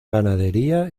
ganadería